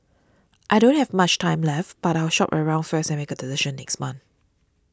I don't have much time left but I'll shop around first and make a decision next month